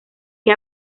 que